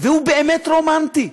והוא באמת רומנטי,